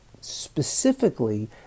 specifically